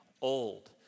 old